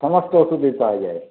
সমস্ত ওষুধই পাওয়া যায়